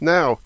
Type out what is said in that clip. Now